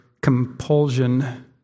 compulsion